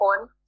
on